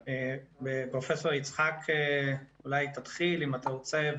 פרופ' יצחק, אולי תתחיל, אם אתה רוצה.